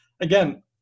again